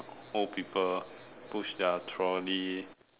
old people push their trolley